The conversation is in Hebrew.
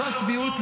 זאת צביעות לשמה.